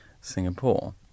Singapore